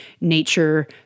nature